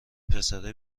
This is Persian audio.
پسره